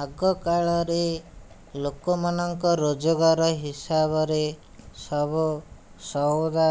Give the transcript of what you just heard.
ଆଗ କାଳରେ ଲୋକମାନଙ୍କ ରୋଜଗାର ହିସାବରେ ସବୁ ସଉଦା